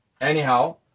anyhow